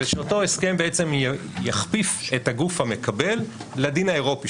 ושאותו הסכם בעצם יכפיף את הגוף המקבל לדין האירופי,